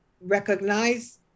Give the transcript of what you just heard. recognize